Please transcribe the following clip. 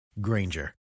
granger